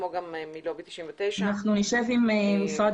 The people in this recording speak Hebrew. כמו גם מלובי 99. אנחנו נשב עם משרד